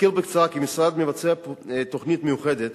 אזכיר בקצרה כי המשרד מבצע תוכנית מיוחדת